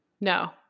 No